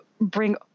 bring